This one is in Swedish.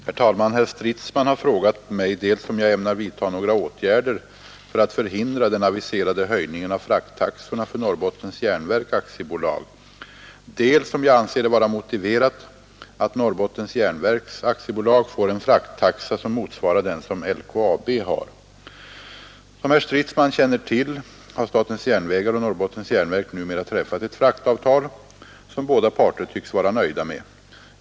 Herr talman! Herr Stridsman har frågat mig dels om jag ämnar vidta några åtgärder för att förhindra den aviserade höjningen av frakttaxorna för Norrbottens Järnverk AB, dels om jag anser det vara motiverat att Norrbottens Järnverk AB får en frakttaxa som motsvarar den som LKAB har. Som herr Stridsman känner till har statens järnvägar och Norrbottens Järnverk numera träffat ett fraktavtal, som båda parter tycks vara nöjda med.